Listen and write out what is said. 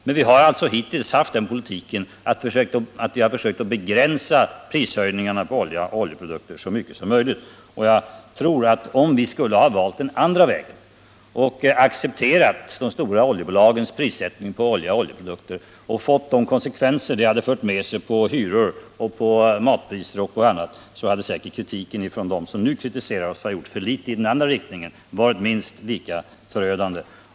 Men vi har alltså hittills fört den politiken att vi försökt begränsa prishöjningar på olja och oljeprodukter så mycket som möjligt. Jag tror att om vi skulle ha valt den andra vägen och accepterat de stora oljebolagens prissättning på olja och oljeprodukter och vi hade fått de konsekvenser som det fört med sig på hyror, matpriser och annat, så hade säkerligen kritiken från dem som nu kritiserar oss för att vi gjort för litet i den andra riktningen blivit minst lika förödande.